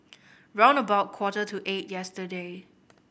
round about quarter to eight yesterday